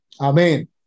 Amen